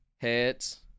Heads